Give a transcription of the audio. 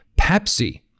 Pepsi